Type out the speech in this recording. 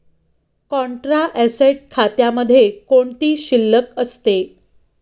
Contra asset खात्यामध्ये कोणती शिल्लक असते?